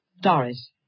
Doris